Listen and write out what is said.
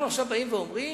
אנחנו באים ואומרים,